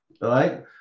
right